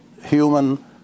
human